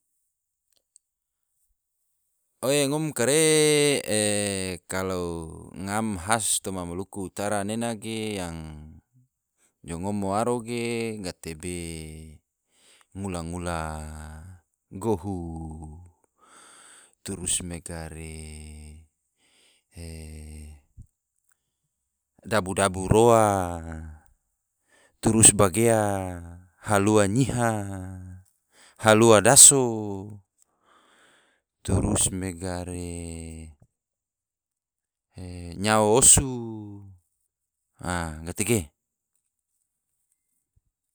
Oe ngom kare re kalo ngam khas toma maluku utara nena ge yang jo ngom waro ge, gatebe ngula-ngula, gohu, trus mega re dabu-dabu roa, turus bagea, halua nyiha, halua daso, turus mega re, nyao osu. a gatege